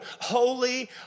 Holy